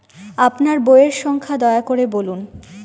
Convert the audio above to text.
আপনার বইয়ের সংখ্যা দয়া করে বলুন?